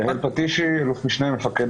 יעל פטישי, אלוף משנה, מפקד